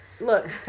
Look